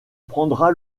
prendra